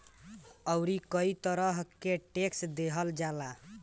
अउरी कई तरह के टेक्स देहल जाला